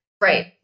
Right